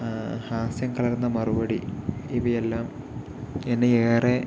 ഹാസ്യം കലർന്ന മറുപടി ഇവയെല്ലാം എന്നെയേറെ